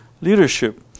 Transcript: leadership